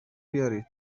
بیارین